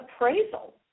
appraisal